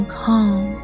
calm